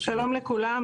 שלום לכולם.